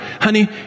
Honey